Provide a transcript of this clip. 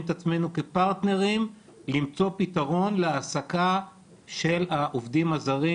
את עצמינו כפרטנרים למצוא פתרון להעסקה של העובדים הזרים